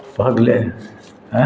भऽ गेलै ऐँ